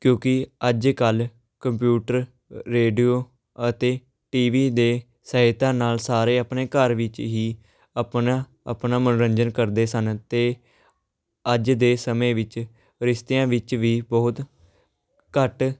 ਕਿਉਂਕਿ ਅੱਜ ਕੱਲ੍ਹ ਕੰਪਿਊਟਰ ਰੇਡੀਓ ਅਤੇ ਟੀ ਵੀ ਦੇ ਸਹਾਇਤਾ ਨਾਲ ਸਾਰੇ ਆਪਣੇ ਘਰ ਵਿੱਚ ਹੀ ਆਪਣਾ ਆਪਣਾ ਮਨੋਰੰਜਨ ਕਰਦੇ ਸਨ ਅਤੇ ਅੱਜ ਦੇ ਸਮੇਂ ਵਿੱਚ ਰਿਸ਼ਤਿਆਂ ਵਿੱਚ ਵੀ ਬਹੁਤ ਘੱਟ